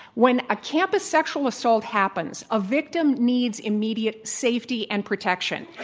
when a campus sexual assault happens a victim needs immediate safety and protection.